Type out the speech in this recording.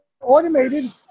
automated